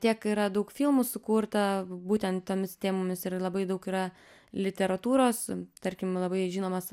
tiek yra daug filmų sukurta būtent tomis temomis ir labai daug yra literatūros tarkim labai žinomas